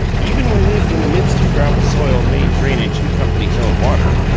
even when lived in the midst of gravel soil, main drainage, and company's own water,